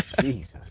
Jesus